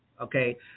okay